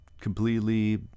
completely